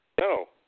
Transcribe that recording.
no